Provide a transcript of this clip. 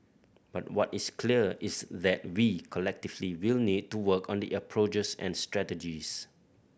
but what is clear is that we collectively will need to work on the approaches and strategies